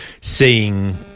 seeing